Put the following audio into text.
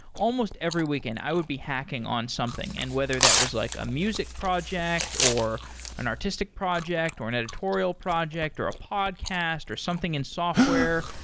almost every weekend, i would be hacking on something. and whether that was like a music project or an artistic project or an editorial project or a podcast or something in software,